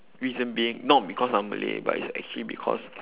reason being not because I'm malay but its actually because